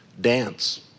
dance